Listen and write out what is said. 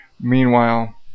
meanwhile